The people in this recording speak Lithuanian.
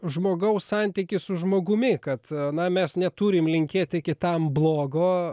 žmogaus santykis su žmogumi kad na mes neturim linkėti kitam blogo